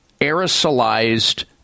aerosolized